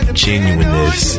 genuineness